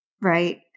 Right